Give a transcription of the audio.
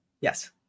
Yes